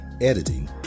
editing